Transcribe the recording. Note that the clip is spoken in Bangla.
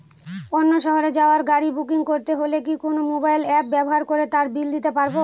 অন্য শহরে যাওয়ার গাড়ী বুকিং করতে হলে কি কোনো মোবাইল অ্যাপ ব্যবহার করে তার বিল দিতে পারব?